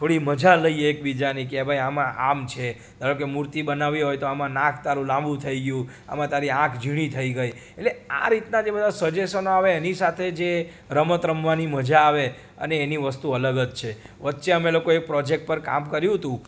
થોડી મજા લઈએ એક બીજાની કે ભાઈ આમાં આમ છે ધારો કે મૂર્તિ બનાવી હોય તો આમાં નાક તારું લાંબુ થઈ ગયું આમાં તારી આંખ ઝીણી થઈ ગઈ એટલે આ રીતના બધા સજેશનો આવે એની સાથે જે રમત રમવાની મજા આવે અને એની વસ્તુ અલગ જ છે વચ્ચે અમે લોકો એ પ્રોજેક્ટ પર કામ કર્યું હતું